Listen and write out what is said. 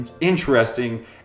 interesting